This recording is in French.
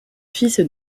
fils